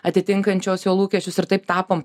atitinkančios jo lūkesčius ir taip tapom